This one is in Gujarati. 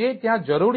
આવે છે